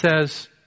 says